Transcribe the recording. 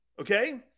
Okay